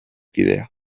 kidea